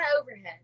overhead